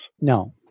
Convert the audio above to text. No